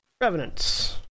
Revenants